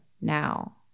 now